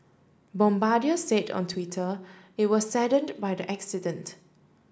bombardier said on Twitter it was saddened by the accident